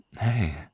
Hey